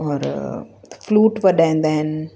और फ़्लूट वॼाईंदा आहिनि